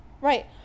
Right